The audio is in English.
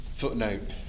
Footnote